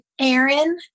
Aaron